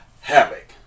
Havoc